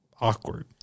Awkward